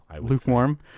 lukewarm